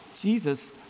Jesus